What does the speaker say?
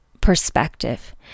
perspective